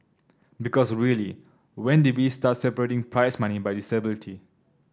because really when did we start separating prize money by disability